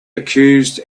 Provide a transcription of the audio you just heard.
accused